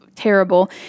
Terrible